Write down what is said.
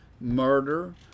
murder